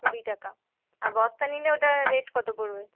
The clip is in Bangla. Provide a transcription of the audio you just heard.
কুড়ি টাকা আর বস্তা নিলে ওটা রেট কত পড়বে